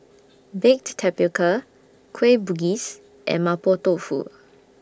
Baked Tapioca Kueh Bugis and Mapo Tofu